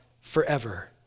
forever